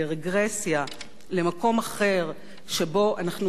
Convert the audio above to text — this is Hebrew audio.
למקום אחר שבו אנחנו עוסקים אך ורק